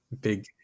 big